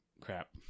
Crap